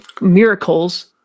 miracles